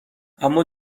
اما